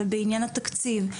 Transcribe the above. ובעניין התקציב,